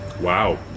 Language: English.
Wow